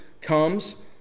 comes